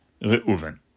Reuven